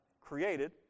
created